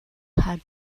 had